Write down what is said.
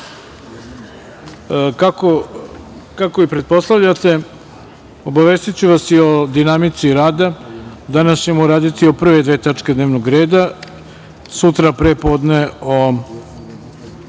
redu. Kako i pretpostavljate, obavestiću vas i o dinamici rada. Danas ćemo raditi o prve dve tačke dnevnog reda, sutra pre podne o